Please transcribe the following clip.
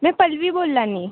में पल्लवी बोल्ला निं